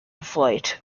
flight